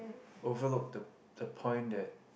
overlooked the the point that